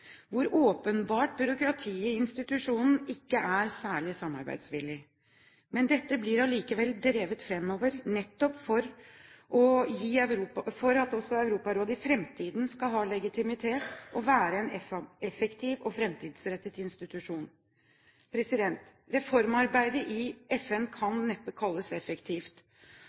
byråkratiet i institusjonen er åpenbart ikke særlig samarbeidsvillig. Men dette blir allikevel drevet fremover nettopp for at også Europarådet i fremtiden skal ha legitimitet og være en effektiv og fremtidsrettet institusjon. Reformarbeidet i FN kan neppe kalles effektivt,